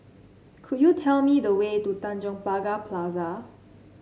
could you tell me the way to Tanjong Pagar Plaza